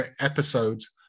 episodes